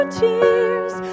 tears